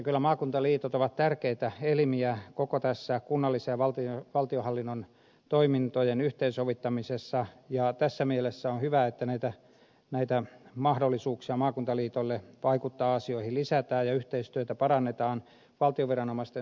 kyllä maakuntaliitot ovat tärkeitä elimiä koko tässä kunnallisten ja valtionhallinnon toimintojen yhteensovittamisessa ja tässä mielessä on hyvä että maakuntaliitoille näitä mahdollisuuksia vaikuttaa asioihin lisätään ja yhteistyötä parannetaan valtion viranomaisten suuntaan